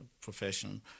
profession